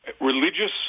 Religious